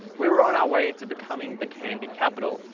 we were on our way to becoming the candy capital,